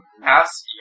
past